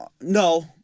no